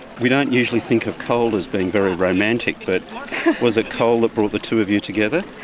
we don't usually think of coal as being very romantic, but was it coal that brought the two of you together?